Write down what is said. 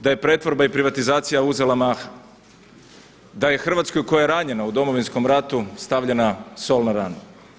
Da je pretvorba i privatizacija uzela maha, da je Hrvatskoj koja je ranjena u Domovinskom ratu stavljena sol na ranu.